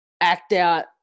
act-out